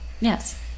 Yes